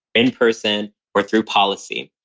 in person or through policy.